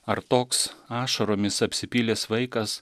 ar toks ašaromis apsipylęs vaikas